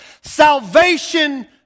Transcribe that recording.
Salvation